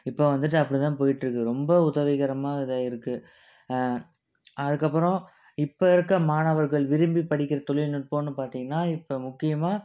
இப்போ வந்துட்டு அப்படி தான் போயிட்டுருக்கு ரொம்ப உதவிகரமாக இதாகிருக்கு அதுக்கு அப்புறம் இப்போ இருக்கிற மாணவர்கள் விரும்பி படிக்கிற தொழில்நுட்பன்னு பார்த்திங்கன்னா இப்போ முக்கியமாக